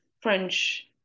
French